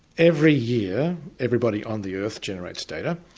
every year everybody on the earth generates data,